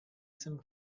some